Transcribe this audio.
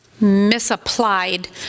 misapplied